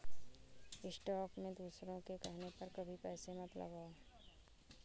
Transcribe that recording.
stock में दूसरों के कहने पर कभी पैसे मत लगाओ